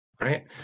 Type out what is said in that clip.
Right